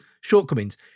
shortcomings